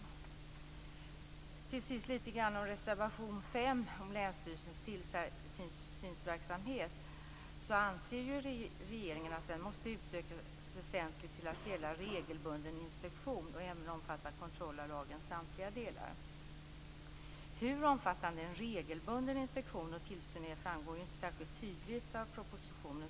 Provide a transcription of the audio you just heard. Låt mig till sist säga litet grand om reservation 5 om länsstyrelsernas tillsynsverksamhet. Regeringen anser ju att den måste utökas väsentligt till att gälla regelbunden inspektion och även omfatta kontroll av lagens samtliga delar. Hur omfattande en regelbunden inspektion och tillsyn är framgår ju inte särskilt tydligt av propositionen.